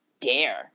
dare